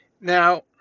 Now